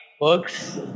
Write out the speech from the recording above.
works